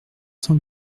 cent